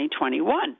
2021